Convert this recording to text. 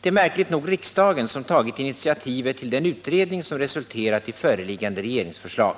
Det är märkligt nog riksdagen som tagit initiativet till den utredning som resulterat i föreliggande regeringsförslag.